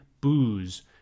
booze